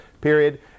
Period